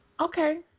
Okay